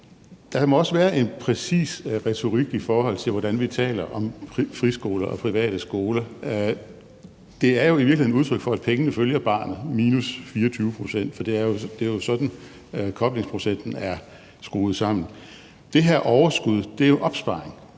Der må også være en præcis retorik, i forhold til hvordan vi taler om friskoler og private skoler. Det er jo i virkeligheden udtryk for, at pengene følger barnet minus 24 pct., for det er jo sådan, koblingsprocenten er skruet sammen. Det her overskud er jo opsparing